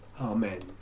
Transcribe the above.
Amen